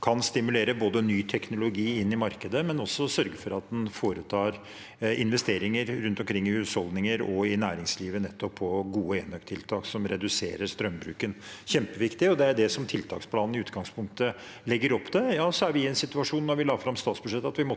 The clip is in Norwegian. kan stimulere ny teknologi inn i markeder, men også sørge for at man foretar investeringer rundt omkring, i husholdninger og i næringslivet, nettopp på gode enøktiltak som reduserer strømbruken. Det er kjempeviktig, og det er det som tiltaksplanen i utgangspunktet legger opp til. Så var vi i den situasjonen da vi la fram statsbudsjettet at vi måtte